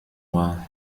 noir